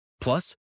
Plus